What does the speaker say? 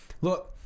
look